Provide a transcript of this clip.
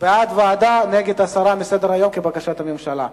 בעד, ועדה, נגד, הסרה מסדר-היום, כבקשת הממשלה.